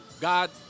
God